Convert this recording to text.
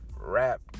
Rap